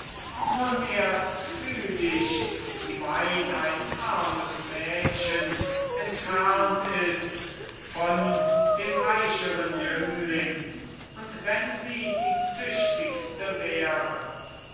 nun erst fühl ich wie weit ein armes mädchen entfernt ist von dem reicheren jüngling und wenn sie die tüchtigste wäre